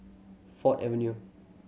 Ford Avenue